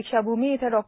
दाक्षाभूमी इथं डॉ